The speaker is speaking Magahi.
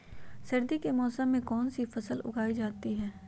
सर्दी के मौसम में कौन सी फसल उगाई जाती है?